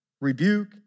rebuke